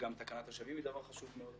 שגם תקנת השבים היא דבר חשוב מאוד.